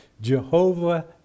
Jehovah